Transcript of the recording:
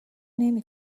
نمی